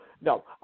no